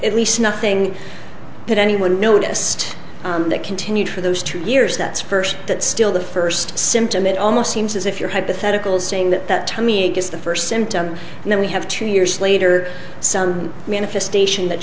at least nothing that anyone noticed that continued for those two years that's first that still the first symptom it almost seems as if your hypothetical saying that that to me is the first symptom and then we have two years later sound manifestation that